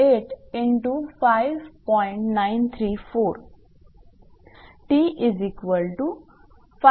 तर 𝑇564